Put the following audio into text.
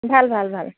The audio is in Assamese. ভাল ভাল ভাল